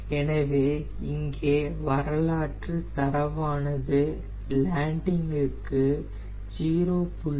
எனவே இங்கே வரலாற்று தரவானது லேண்டிங்க்கு 0